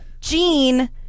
Gene